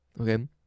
okay